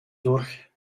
durch